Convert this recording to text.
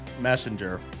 messenger